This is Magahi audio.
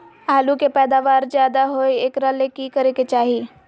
आलु के पैदावार ज्यादा होय एकरा ले की करे के चाही?